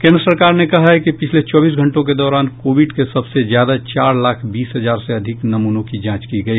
केंद्र सरकार ने कहा है कि पिछले चौबीस घंटे के दौरान कोविड के सबसे ज्यादा चार लाख बीस हजार से अधिक नमूनों की जांच की गई